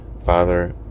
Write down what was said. Father